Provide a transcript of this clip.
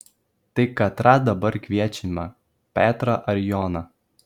tai katrą dabar kviečiame petrą ar joną